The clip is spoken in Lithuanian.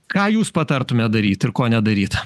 ką jūs patartumėt daryt ir ko nedaryt